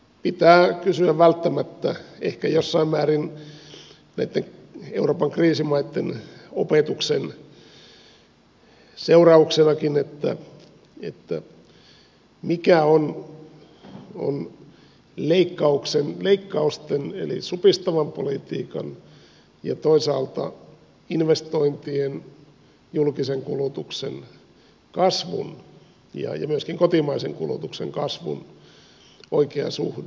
pitää kysyä välttämättä ehkä jossain määrin näitten euroopan kriisimaitten opetuksen seurauksenakin mikä on leikkausten eli supistavan politiikan ja toisaalta investointien julkisen kulutuksen kasvun ja myöskin kotimaisen kulutuksen kasvun oikea suhde